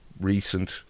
recent